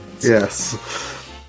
Yes